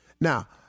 Now